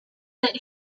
that